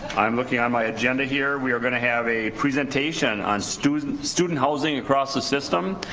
i'm looking on my agenda here. we're gonna have a presentation on student student housing across the system.